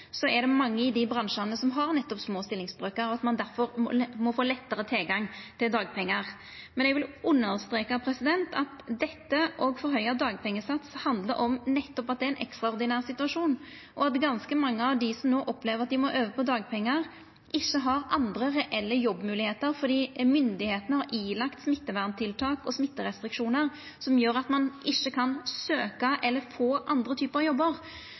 er det mange i dei bransjane som har nettopp små stillingsbrøkar, og som difor må få lettare tilgang til dagpengar. Men eg vil understreka at dette og forhøgd dagpengesats handlar nettopp om at det er ein ekstraordinær situasjon, og at ganske mange av dei som opplever at dei må over på dagpengar, ikkje har andre reelle jobbmoglegheiter fordi myndigheitene har pålagt smitteverntiltak og smitterestriksjonar som gjer at ein ikkje kan søkja eller få andre typar jobbar.